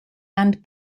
and